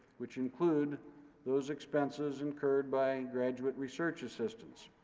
which include those expenses incurred by graduate research assistants.